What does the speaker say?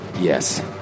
Yes